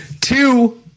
two